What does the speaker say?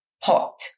pot